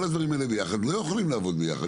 כל הדברים האלה לא יכולים לעבוד ביחד.